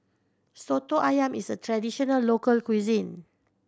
Soto Ayam is a traditional local cuisine